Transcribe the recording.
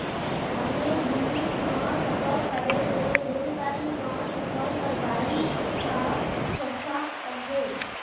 आने जिनिस म सफर करे ले रेलगाड़ी म सफर करवाइ ह सस्ता परथे